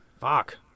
Fuck